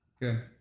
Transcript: good